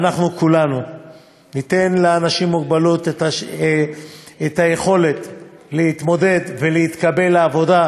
ואנחנו כולנו ניתן לאנשים עם מוגבלות את היכולת להתמודד ולהתקבל לעבודה.